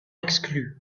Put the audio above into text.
exclu